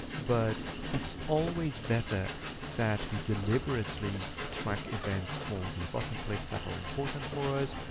but it's always better that we deliberately track events for the button clicks that are important for us.